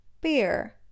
Beer